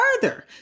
further